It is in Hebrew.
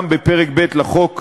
גם בפרק ב' לחוק